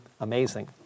amazing